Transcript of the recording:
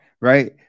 right